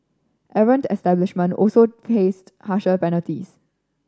errant establishment also faced harsher penalties